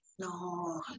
no